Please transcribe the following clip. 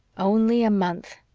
only a month!